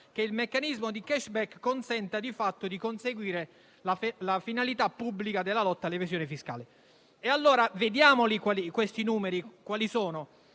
che il meccanismo di *cashback* consenta di fatto di conseguire la finalità pubblica della lotta all'evasione fiscale. Vediamo allora quali sono questi numeri,